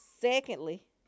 Secondly